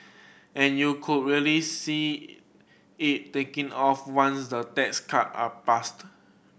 and you could really see it taking off once the tax cut are passed